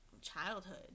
childhood